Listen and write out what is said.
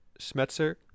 Schmetzer